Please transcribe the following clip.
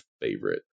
favorite